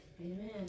Amen